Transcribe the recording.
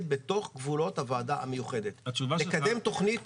בתוך גבולות הוועדה המיוחדת ולקדם תכנית.